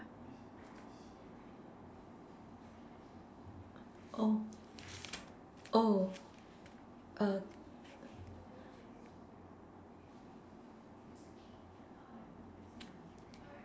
oh oh err